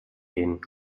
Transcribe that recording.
gehen